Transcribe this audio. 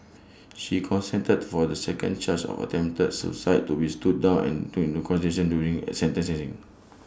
she consented for the second charge of attempted suicide to be stood down and taken into consideration during sentencing